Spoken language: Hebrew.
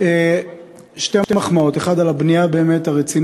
זו בדיחה ביני לבין